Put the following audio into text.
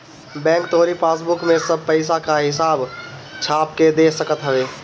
bank तोहरी passbook में सब पईसा के हिसाब छाप के दे सकत हवे